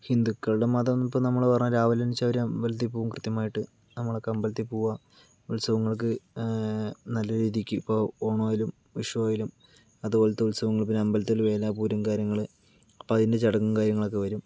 ഹിന്ദുക്കളുടെ മതംന്ന് ഇപ്പോൾ നമ്മള് പറഞ്ഞ രാവിലെ എണീച്ച് അവര് അമ്പലത്തിൽ പോകും കൃത്യമായിട്ട് നമ്മളൊക്കെ അമ്പലത്തിൽ പോവുക ഉത്സവങ്ങൾക്ക് നല്ല രീതിക്ക് ഇപ്പോ ഓണം ആയാലും വിഷു ആയാലും അതുപോലത്തെ ഉത്സവങ്ങള് പിന്നെ അമ്പലത്തിലെ വേലാപുരം കാര്യങ്ങള് അപ്പോൾ അതിന്റെ ചടങ്ങും കാര്യങ്ങളൊക്കെ വരും